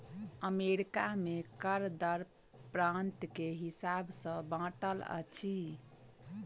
America में कर दर प्रान्त के हिसाब सॅ बाँटल अछि